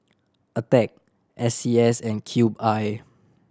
Attack S C S and Cube I